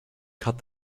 cut